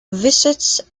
visits